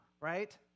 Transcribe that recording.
right